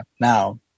now